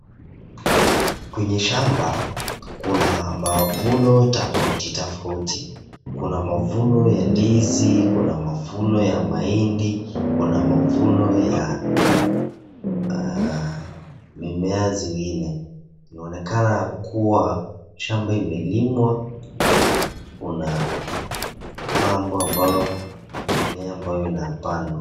Kwenye shamba kuna mavuno tofauti tofauti, kuna mavuno ya ndizi, kuna mavuno ya mahindi, kuna mavuno ya mimea zingine, inaonekana kuwa shamba imelimwa na kuna mambo ambayo na mimea ambayo inapandwa.